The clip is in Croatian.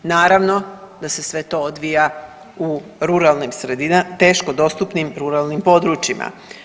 Naravno da se sve to odvija u ruralnim sredinama, teško dostupnim ruralnim područjima.